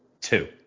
two